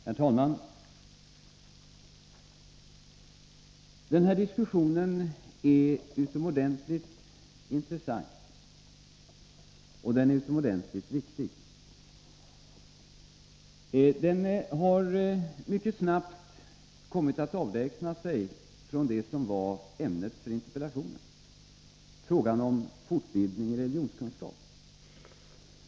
Herr talman! Den här diskussionen är utomordentligt intressant och utomordentligt viktig. Den har mycket snabbt kommit att avlägsna sig från det som var ämnet för interpellationen — frågan om fortbildning i religionskunskap.